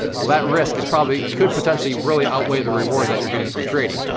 well that risk is probably, could potentially, really, outweigh the reward that you're getting from trading.